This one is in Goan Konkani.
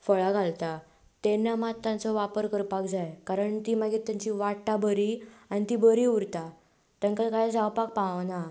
फळां घालता तेन्ना मात ताचो वापर करपाक जाय कारण ती मागीर तेंचीं वाडटा बरी आनी तीं बरी उरता तांकां कांय जावपाक पावना